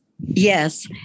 Yes